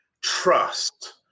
trust